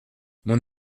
mon